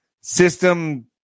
system